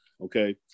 Okay